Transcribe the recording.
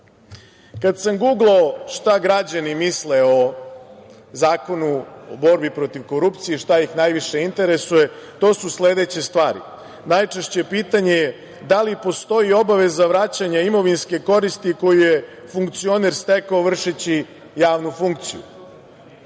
sam guglao šta građani misle o Zakonu o borbi protiv korupcije i šta ih najviše interesuje, to su sledeće stvari. Najčešće pitanje je da li postoji obaveza vraćanja imovinske koristi koju je funkcioner stekao vršeći javnu funkciju.